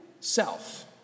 self